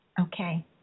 Okay